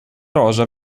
rosa